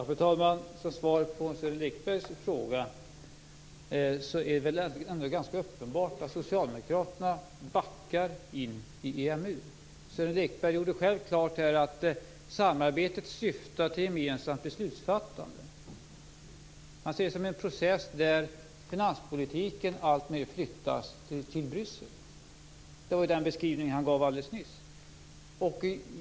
Fru talman! Som svar på Sören Lekbergs fråga vill jag säga att det är ganska uppenbart att socialdemokraterna backar in i EMU. Sören Lekberg gjorde själv klart att samarbetet syftar till gemensamt beslutsfattande. Han ser det som en process där finanspolitiken alltmer flyttas till Bryssel. Det var den beskrivning han gav alldeles nyss.